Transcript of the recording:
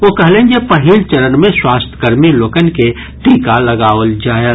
ओ कहलनि जे पहिल चरण मे स्वास्थ्यकर्मी लोकनि के टीका लगाओल जायत